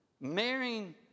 marrying